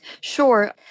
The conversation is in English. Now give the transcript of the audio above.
Sure